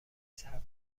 صبر